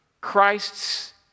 Christ's